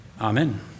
Amen